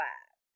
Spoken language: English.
Five